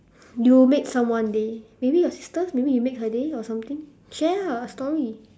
you made someone day maybe your sisters maybe you make her day or something share ah a story